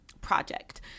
project